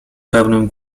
pełnym